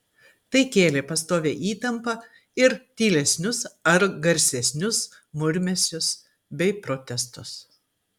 tai kėlė pastovią įtampą ir tylesnius ar garsesnius murmesius bei protestus